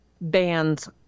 bands